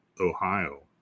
Ohio